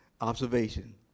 Observation